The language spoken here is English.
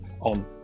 on